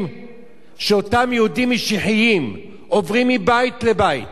שאותם יהודים משיחיים עוברים מבית לבית